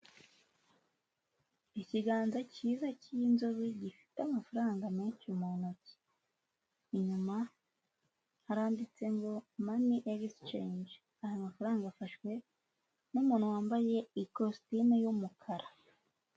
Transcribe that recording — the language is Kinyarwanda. Ikiganza cyiza cy'inzobe gifite amafaranga menshi mu ntoki. Inyuma haranditse ngo: "mani egisiceyinji." Aya mafaranga afashwe n'umuntu wambaye ikositimu y'umukara.